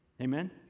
Amen